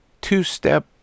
two-step